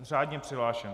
Řádně přihlášen.